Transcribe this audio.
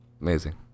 Amazing